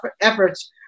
efforts